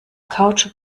couch